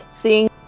seeing